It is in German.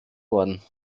worden